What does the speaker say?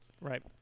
Right